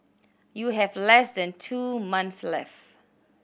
you have less than two months left